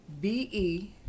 B-E